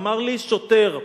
אמר לי שוטר בוואדי-עארה,